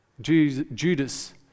Judas